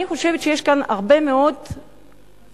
אני חושבת שיש כאן הרבה מאוד פרופגנדה,